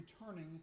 returning